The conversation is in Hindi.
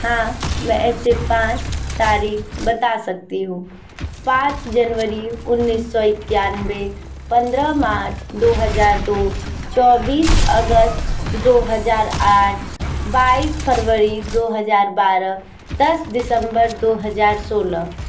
हाँ मैं ऐसे पाँच तारीख बता सकती हूँ पाँच जनवरी उन्नीस सौ इक्यानवे पंद्रह मार्च दो हज़ार दो चौबीस अगस्त दो हज़ार आठ बाईस फरवरी दो हज़ार बारह दस दिसम्बर दो हज़ार सोलह